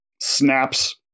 snaps